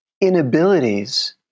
inabilities